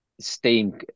steam